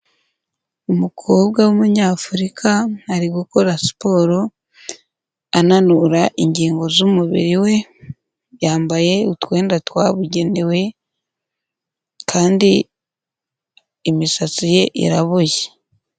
Umukobwa w’umunyafurika ari gukora siporo ananura ingingo z'umubiri we, yambaye utwenda twabugenewe kandi imisatsi ye iraboshye.